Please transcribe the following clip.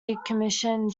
decommissioned